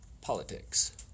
politics